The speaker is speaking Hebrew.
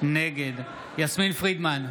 נגד יסמין פרידמן,